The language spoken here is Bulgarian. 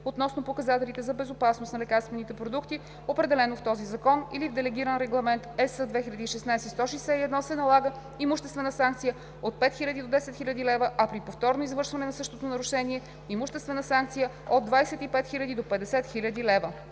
относно показателите за безопасност на лекарствените продукти, определено в този закон или в Делегиран регламент (ЕС) 2016/161, се налага имуществена санкция от 5000 до 10 000 лв., а при повторно извършване на същото нарушение – имуществена санкция от 25 000 до 50 000 лв.“